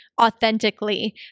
authentically